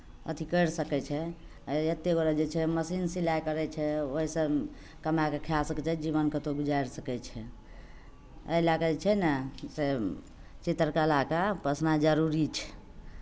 अथि करि सकै छै आ एतेक गोटा जे छै मशीन सिलाइ करै छै ओहिसँ कमाए कऽ खाए सकै छै जीवन कतहु गुजारि सकै छै एहि लऽ कऽ जे छै ने से चित्रकलाके पोसनाइ जरूरी छै